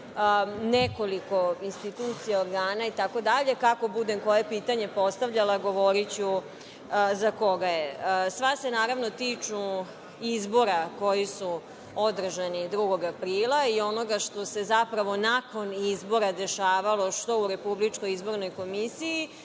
nekoliko institucija organa itd, kako budem koje pitanje postavljala govoriću za koga je sva se naravno tiču izbora koji su održani 2. aprila i onoga što se zapravo nakon izbora dešavalo što u RIK, a delom je onoga što smo